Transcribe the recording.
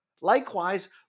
Likewise